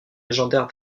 légendaires